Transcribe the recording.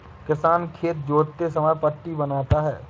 किसान खेत जोतते समय पट्टी बनाता है